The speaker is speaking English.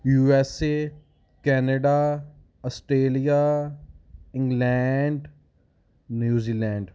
USA Canada Australia England New Zealand